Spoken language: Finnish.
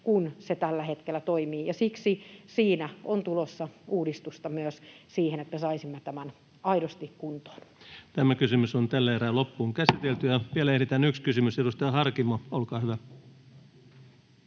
kuin se tällä hetkellä toimii. Siksi siinä on tulossa uudistusta myös siihen, että saisimme tämän aidosti kuntoon. Vielä ehditään yksi kysymys. Edustaja Harkimo, olkaa hyvä.